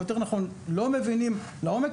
או יותר נכון לא מבינים לעומק,